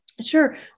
Sure